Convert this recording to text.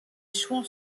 chouans